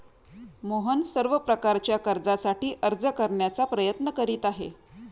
मोहन सर्व प्रकारच्या कर्जासाठी अर्ज करण्याचा प्रयत्न करीत आहे